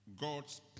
God's